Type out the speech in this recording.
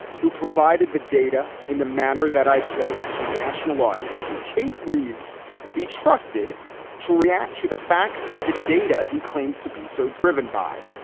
who provided the data in the manner that i played to a national audience, can tate reeves be trusted to react to the facts and the data he claims to be so driven by?